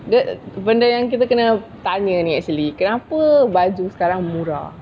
benda yang kita kena tanya ni actually kenapa baju sekarang murah